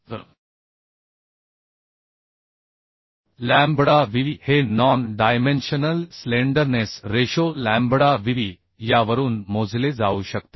तर lambda Vb हे non dimensional slenderness ratio lambda Vb यावरून मोजले जाऊ शकते